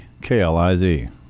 kliz